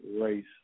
race